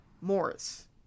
Morris